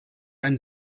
ein